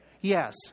Yes